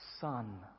son